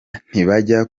ntibajya